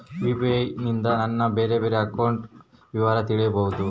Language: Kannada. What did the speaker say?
ಯು.ಪಿ.ಐ ನಿಂದ ನನ್ನ ಬೇರೆ ಬೇರೆ ಬ್ಯಾಂಕ್ ಅಕೌಂಟ್ ವಿವರ ತಿಳೇಬೋದ?